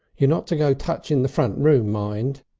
you're not to go touching the front room mind,